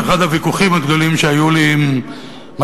באחד הוויכוחים הגדולים שהיו לי עם מי